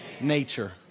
nature